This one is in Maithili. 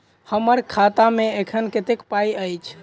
हम्मर खाता मे एखन कतेक पाई अछि?